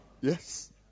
Yes